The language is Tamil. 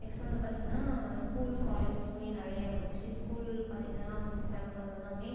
நெக்ஸ்ட் வந்து பார்த்தீங்கன்னா ஸ்கூல் காலேஜஸ்சுமே நிறையா வந்துடுச்சு ஸ்கூல் பார்த்தீங்கன்னா ஃபேமஸ் ஆனது எல்லாமே